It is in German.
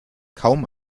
kaum